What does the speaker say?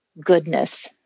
goodness